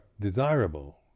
desirable